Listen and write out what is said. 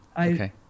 Okay